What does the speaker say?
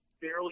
barely